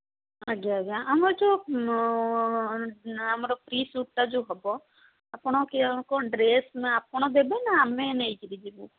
ଆଜ୍ଞା ଆଜ୍ଞା ଆମର ଯେଉଁ ଆମର ପ୍ରି ସୁଟ୍ଟା ଯେଉଁ ହେବ ଆପଣ କିଏ କ'ଣ ଡ୍ରେସ୍ ଆପଣ ଦେବେ ନା ଆମେ ନେଇକିରି ଯିବୁ